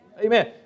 Amen